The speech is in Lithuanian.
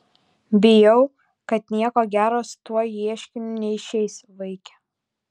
bijau kad nieko gero su tuo ieškiniu neišeis vaike